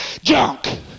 junk